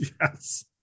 Yes